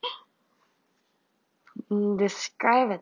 mm the sky like